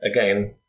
again